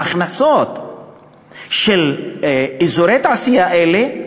ההכנסות של אזורי תעשייה אלה,